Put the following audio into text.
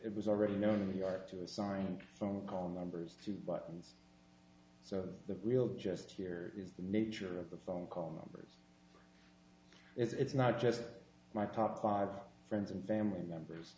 it was already known in the art to assign phone call numbers to buttons so the real just here is the nature of the phone call numbers it's not just my top five friends and family members